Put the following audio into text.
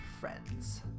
friends